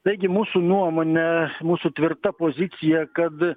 taigi mūsų nuomone mūsų tvirta pozicija kad